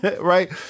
right